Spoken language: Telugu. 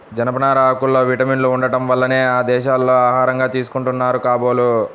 జనపనార ఆకుల్లో విటమిన్లు ఉండటం వల్లనే ఆ దేశాల్లో ఆహారంగా తీసుకుంటున్నారు కాబోలు